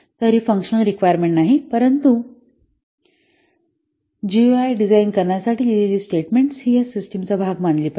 तर ही functional requirement नाही परंतु जीयूआय डिझाईन करण्यासाठी लिहिलेली स्टेटमेंट्स ही या सिस्टिम चा भाग मानली पाहिजेत